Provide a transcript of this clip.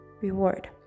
reward